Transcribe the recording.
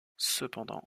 cependant